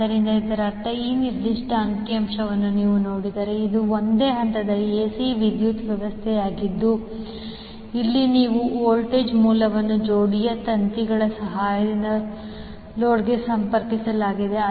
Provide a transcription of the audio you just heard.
ಆದ್ದರಿಂದ ಇದರರ್ಥ ಈ ನಿರ್ದಿಷ್ಟ ಅಂಕಿ ಅಂಶವನ್ನು ನೀವು ನೋಡಿದರೆ ಇದು ಒಂದೇ ಹಂತದ ಎಸಿ ವಿದ್ಯುತ್ ವ್ಯವಸ್ಥೆಯಾಗಿದ್ದು ಅಲ್ಲಿ ನೀವು ವೋಲ್ಟೇಜ್ ಮೂಲವನ್ನು ಜೋಡಿಯ ತಂತಿಗಳ ಸಹಾಯದಿಂದ ಲೋಡ್ಗೆ ಸಂಪರ್ಕಿಸಲಾಗಿದೆ